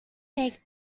make